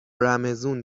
رمضون